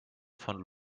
von